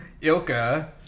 Ilka